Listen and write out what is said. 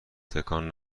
تکان